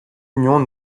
union